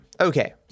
Okay